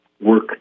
work